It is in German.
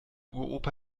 uropa